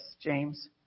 James